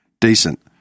decent